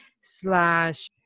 slash